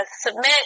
Submit